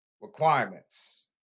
requirements